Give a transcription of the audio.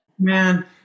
Man